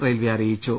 railway അറിയിച്ചു